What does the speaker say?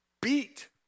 beat